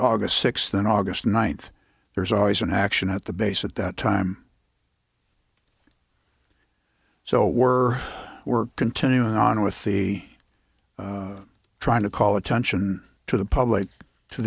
august sixth and august ninth there's always an action at the base at that time so we're we're continuing on with the trying to call attention to the public to